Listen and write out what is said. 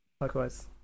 Likewise